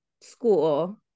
school